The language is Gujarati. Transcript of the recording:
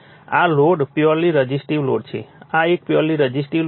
આ લોડ પ્યોર્લી રઝિસ્ટીવ લોડ છે આ એક પ્યોર્લી રઝિસ્ટીવ લોડ છે